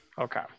Okay